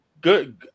good